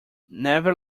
never